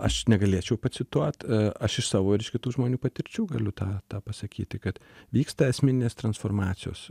aš negalėčiau pacituot aš iš savo ir iš kitų žmonių patirčių galiu tą tą pasakyti kad vyksta asmeninės transformacijos